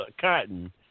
cotton